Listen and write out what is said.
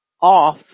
off